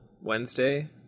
Wednesday